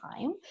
time